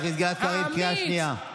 האמיץ,